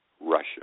Russia